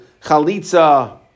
chalitza